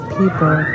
people